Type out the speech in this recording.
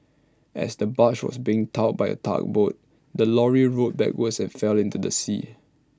as the barge was being towed by A tugboat the lorry rolled backwards and fell into the sea